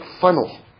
funnel